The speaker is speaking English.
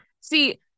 See